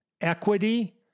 Equity